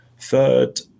Third